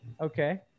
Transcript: Okay